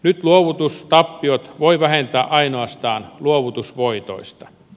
nyt luovutustappiot voi vähentää ainoastaan luovutusvoitoista